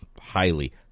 Highly